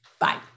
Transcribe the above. Bye